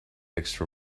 extra